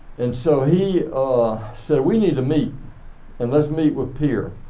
and so he said we need to meet and let's meet with pierre.